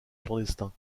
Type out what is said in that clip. clandestin